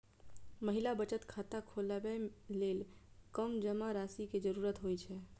महिला बचत खाता खोलबै लेल कम जमा राशि के जरूरत होइ छै